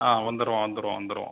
ஆ வந்துருவோம் வந்துருவோம் வந்துருவோம்